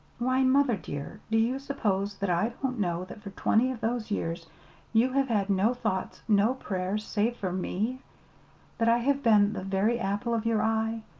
why, mother, dear, do you suppose that i don't know that for twenty of those years you have had no thoughts, no prayers, save for me that i have been the very apple of your eye?